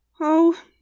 Oh